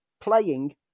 playing